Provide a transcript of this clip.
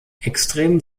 extrem